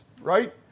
right